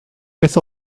beth